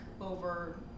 over